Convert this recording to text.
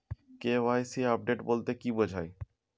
KYC update বলতে কি বোঝায়?